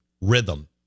rhythm